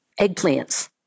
eggplants